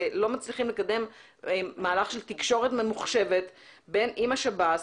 ולא מצליחים לקדם מהלך של תקשורת ממוחשבת עם השב"ס.